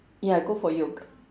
ya go for yoga